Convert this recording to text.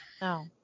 No